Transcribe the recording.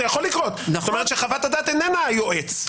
כלומר חוות הדעת אינה היועץ.